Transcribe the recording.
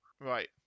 right